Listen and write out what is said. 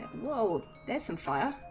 all this and five